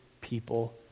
people